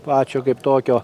pačio kaip tokio